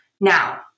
Now